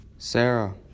Sarah